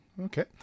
Okay